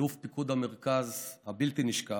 אלוף פיקוד המרכז הבלתי-נשכח,